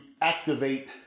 activate